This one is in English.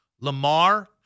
Lamar